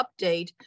update